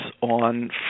on